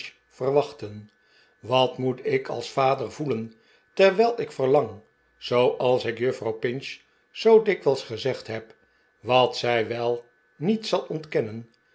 verwachten wat moet ik als vader voelen terwijl ik verlang zooals ik juffrouw pinch zoo dikwijls gezegd heb wat zij wel niet zal ontkennen